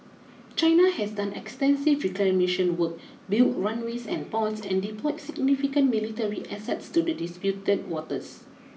China has done extensive reclamation work built runways and ports and deployed significant military assets to the disputed waters